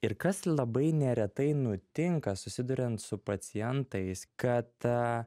ir kas labai neretai nutinka susiduriant su pacientais kad